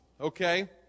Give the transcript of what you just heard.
okay